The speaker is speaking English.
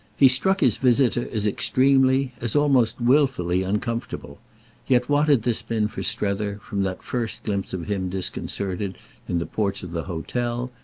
he struck his visitor as extremely, as almost wilfully uncomfortable yet what had this been for strether, from that first glimpse of him disconcerted in the porch of the hotel,